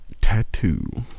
Tattoo